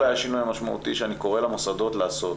השינוי המשמעותי שאני קורא למוסדות לעשות,